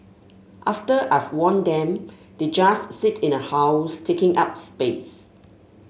after I've worn them they just sit in a house taking up space